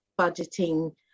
budgeting